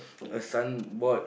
a signboard